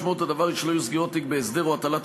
משמעות הדבר היא שלא יהיו סגירות תיקים בהסדר או הטלת